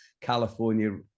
california